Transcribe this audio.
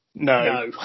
No